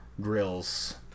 grills